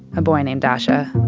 a boy named dasa.